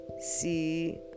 see